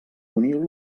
uniu